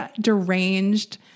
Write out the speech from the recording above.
deranged